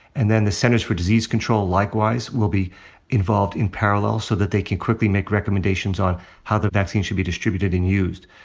and then the centers for disease control, likewise, will be involved in parallel, so that they can quickly make recommendations on how the vaccine should be distributed and used.